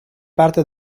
parte